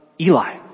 Eli